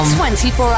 24